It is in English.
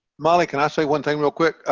molly. can i say one thing real quick?